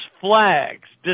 flags